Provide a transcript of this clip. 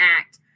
act